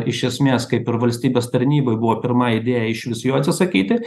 iš esmės kaip ir valstybės tarnyboj buvo pirma idėja išvis jo atsisakyti